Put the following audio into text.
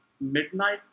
midnight